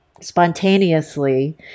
spontaneously